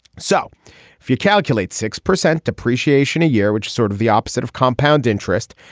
so if you calculate six percent depreciation a year which sort of the opposite of compound interest.